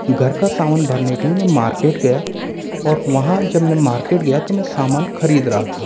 घर का सामान भरने के लिए मैं मार्केट गया और वहाँ जब मैं मार्केट गया तो मैं सामान खरीद रहा था